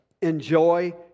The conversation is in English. enjoy